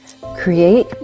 create